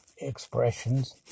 expressions